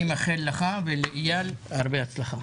אני מאחל לך ולאייל הרבה הצלחה.